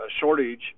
shortage